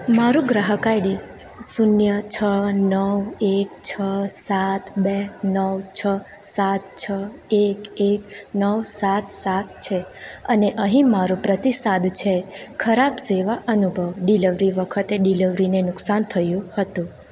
મારું ગ્રાહક આઈડી શૂન્ય છ નવ એક છ સાત બે નવ છ સાત છ એક એક નવ સાત સાત છે અને અહીં મારો પ્રતિસાદ છે ખરાબ સેવા અનુભવ ડિલિવરી વખતે ડિલિવરીને નુકસાન થયું હતું